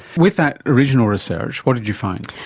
with that original research, what did you find?